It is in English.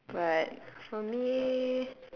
but for me